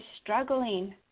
struggling